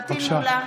מולא,